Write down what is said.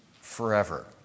forever